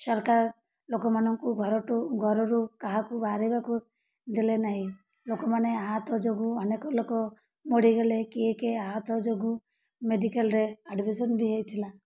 ସରକାର ଲୋକମାନଙ୍କୁ ଘରଠୁ ଘରରୁ କାହାକୁ ବାହାରିବାକୁ ଦେଲେ ନାହିଁ ଲୋକମାନେ ଆହାତ ଯୋଗୁଁ ଅନେକ ଲୋକ ମରିଗଲେ କିଏ କିଏ ଆହାତ ଯୋଗୁଁ ମେଡ଼ିକାଲ୍ରେ ଆଡ଼ମିସନ୍ ବି ହେଇଥିଲା